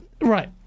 right